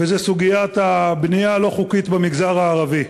וזו סוגיית הבנייה הלא-חוקית במגזר הערבי.